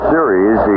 Series